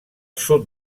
sud